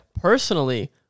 Personally